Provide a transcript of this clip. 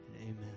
amen